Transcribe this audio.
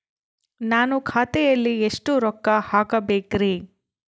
ನಾನು ಖಾತೆಯಲ್ಲಿ ಎಷ್ಟು ರೊಕ್ಕ ಹಾಕಬೇಕ್ರಿ?